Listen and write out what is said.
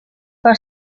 per